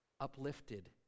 uplifted